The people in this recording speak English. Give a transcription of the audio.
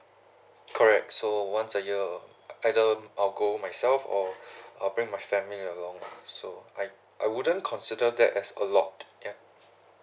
correct so once a year either I go myself or I'll bring my family along so like I wouldn't consider that as a lot ya